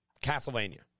Castlevania